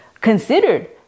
considered